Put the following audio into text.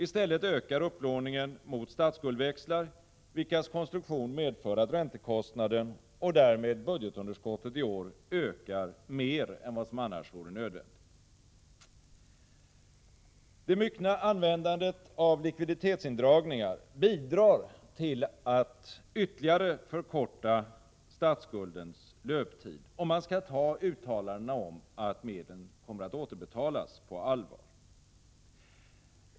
I stället ökar upplåningen mot statsskuldväxlar, vilkas konstruktion medför att räntekostnaden, och därmed budgetunderskottet, i år ökar mer än vad som annars vore nödvändigt. Det myckna användandet av likviditetsindragningar bidrar till att ytterligare förkorta statsskuldens löptid — om man skall ta gjorda uttalanden om att medlen kommer att återbetalas på allvar.